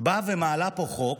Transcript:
באה ומעלה פה חוק